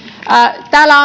täällä